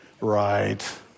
Right